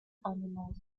animals